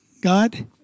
God